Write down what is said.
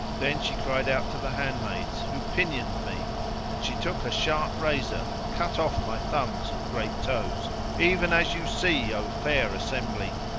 then she cried out to the handmaids, who pinioned me and she took a sharp razor and cut off my thumbs and great toes even as you see, o fair assembly!